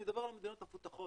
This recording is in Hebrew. אני מדבר על המדינות המפותחות,